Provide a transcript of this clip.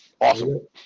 Awesome